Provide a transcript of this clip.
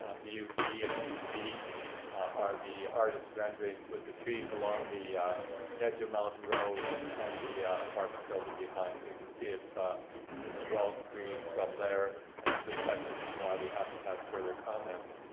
view e and view d are the artist's renderings with the trees along the edge of mountain road and the apartment building behind. so you can see it's it's well screened from there. i suspect this is why we haven't had further comments.